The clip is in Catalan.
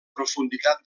profunditat